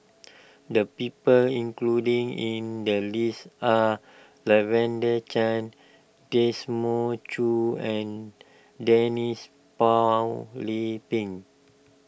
the people included in the list are Lavender Chang Desmond Choo and Denise Phua Lay Peng